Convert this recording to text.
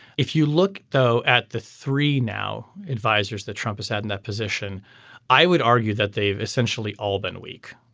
if you look though at the three now advisers that trump has had in that position i would argue that they've essentially all been weak.